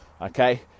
Okay